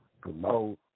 promote